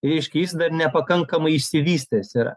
reiškia jis dar nepakankamai išsivystęs yra